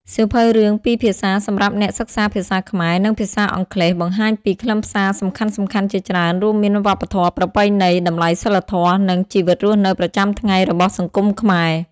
សៀវភៅរឿងពីរភាសាសម្រាប់អ្នកសិក្សាភាសាខ្មែរ និងភាសាអង់គ្លេសបង្ហាញពីខ្លឹមសារសំខាន់ៗជាច្រើន រួមមាន វប្បធម៌ ប្រពៃណី តម្លៃសីលធម៌ និង ជីវិតរស់នៅប្រចាំថ្ងៃ របស់សង្គមខ្មែរ។